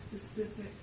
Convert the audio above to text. specific